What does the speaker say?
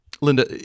Linda